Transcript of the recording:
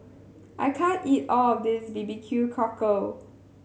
I can't eat all of this B B Q Cockle